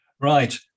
right